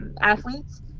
athletes